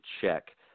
check